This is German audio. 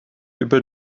übel